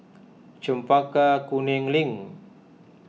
Chempaka Kuning Link